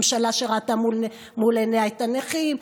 ממשלה שראתה מול עיניה את הנכים,